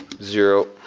zero.